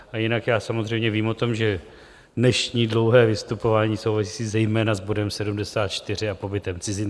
A jinak já samozřejmě vím o tom, že dnešní dlouhé vystupování souvisí zejména s bodem 74 a pobytem cizinců.